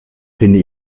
finde